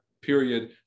period